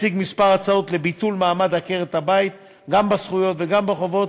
הציג מספר הצעות לביטול מעמד עקרת-הבית גם בזכויות וגם בחובות,